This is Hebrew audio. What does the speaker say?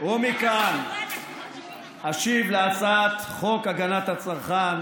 ומכאן אשיב להצעת חוק הגנת הצרכן